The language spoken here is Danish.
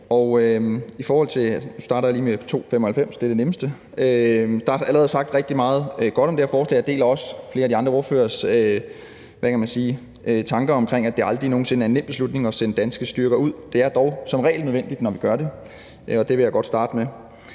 her forslag. Nu starter jeg lige med B 295 – det er det nemmeste. Og jeg deler også flere af de andre ordføreres tanker om, at det aldrig nogen sinde er en nem beslutning at sende danske styrker ud. Det er dog som regel nødvendigt, når vi gør det. Det vil jeg godt starte med.